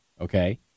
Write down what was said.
okay